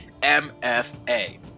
mfa